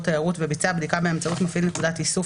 תיירות וביצע בדיקה באמצעות מפעיל נקודת איסוף